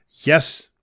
Yes